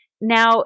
Now